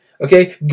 Okay